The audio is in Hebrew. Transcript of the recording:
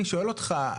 אני שואל אותך,